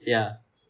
ya is